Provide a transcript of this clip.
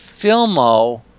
Filmo